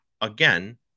again